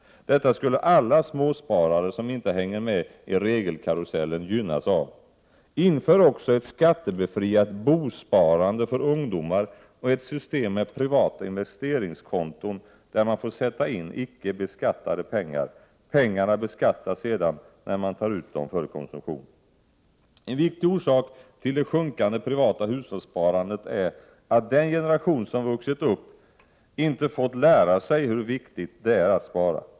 Detta skulle alla småsparare som inte hänger med i regelkarusellen gynnas av. Inför också ett skattebefriat bosparande för ungdomar och ett system med privata investeringskonton där man får sätta in icke beskattade pengar; pengarna beskattas sedan när man tar ut dem för konsumtion. En viktig orsak till det sjunkande privata hushållssparandet är att den generation som vuxit upp inte fått lära sig hur viktigt det är att spara.